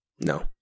No